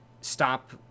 stop